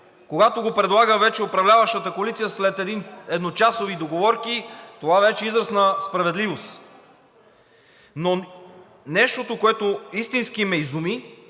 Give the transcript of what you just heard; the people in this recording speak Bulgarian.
Когато го предлага вече управляваща коалиция след едночасови договорки, това вече е израз на справедливост. Но нещото, което истински ме изуми,